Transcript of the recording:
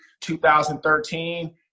2013